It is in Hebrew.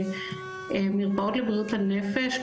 מרפאות לבריאות הנפש,